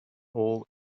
all